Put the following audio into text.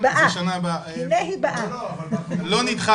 לא ברור לי